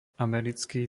americký